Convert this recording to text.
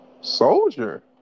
soldier